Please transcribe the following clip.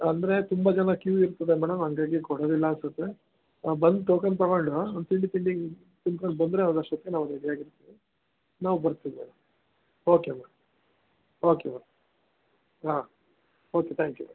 ಅಂದರೆ ತುಂಬ ಜನ ಕ್ಯೂ ಇರ್ತದೆ ಮೇಡಮ್ ಹಾಗಾಗಿ ಕೊಡೋದಿಲ್ಲ ಅನಿಸುತ್ತೆ ಬಂದು ಟೋಕನ್ ತಗೊಂಡು ಒಂದು ತಿಂಡಿ ತಿಂಡಿ ತಿನ್ಕೊಂಡು ಬಂದರೆ ಅದು ಅಷ್ಟೊತ್ತಿಗೆ ನಾವು ರೆಡಿಯಾಗಿರುತ್ತೀವಿ ನಾವು ಬರುತ್ತೀವಿ madam okay ma'am okay ma'am ಹಾಂ ಓಕೆ ತ್ಯಾಂಕ್ ಯು